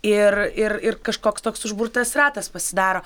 ir ir ir kažkoks toks užburtas ratas pasidaro